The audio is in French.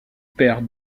perd